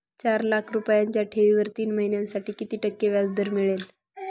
चार लाख रुपयांच्या ठेवीवर तीन महिन्यांसाठी किती टक्के व्याजदर मिळेल?